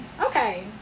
Okay